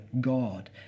God